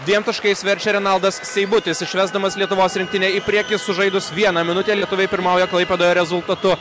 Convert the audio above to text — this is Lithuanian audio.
dviem taškais verčia renaldas seibutis išvesdamas lietuvos rinktinę į priekį sužaidus vieną minutę lietuviai pirmauja klaipėdoje rezultatu